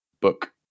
book